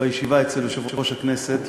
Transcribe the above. בישיבה אצל יושב-ראש הכנסת,